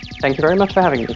thank you very much for having me.